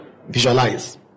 Visualize